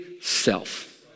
self